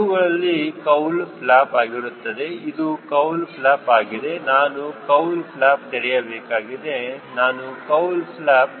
ಇವೆಲ್ಲವೂ ಕೌಲ ಫ್ಲ್ಯಾಪ್ಆಗಿರುತ್ತವೆ ಇದು ಕೌಲ ಫ್ಲ್ಯಾಪ್ ಆಗಿದೆ ನಾನು ಕೌಲ ಫ್ಲ್ಯಾಪ್ ತೆರೆಯಬೇಕಾಗಿದೆ ನಾನು ಕೌಲ ಫ್ಲ್ಯಾಪ್